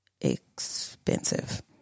expensive